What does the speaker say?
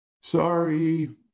Sorry